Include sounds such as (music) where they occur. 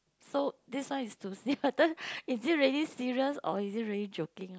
so this one is to see (laughs) whether is it really serious or is it really joking